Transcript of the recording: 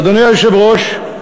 אדוני היושב-ראש,